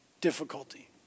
difficulty